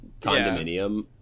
condominium